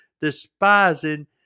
despising